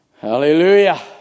Hallelujah